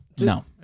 No